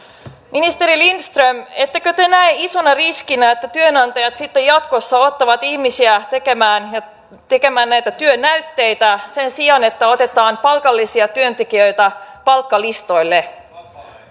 ministeri lindström ettekö te näe isona riskinä että työnantajat sitten jatkossa ottavat ihmisiä tekemään näitä työnäytteitä sen sijaan että otetaan palkallisia työntekijöitä palkkalistoille